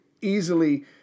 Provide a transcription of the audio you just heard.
easily